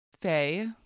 Faye